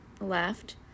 left